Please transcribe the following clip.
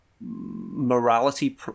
morality